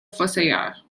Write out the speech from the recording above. fossoyeur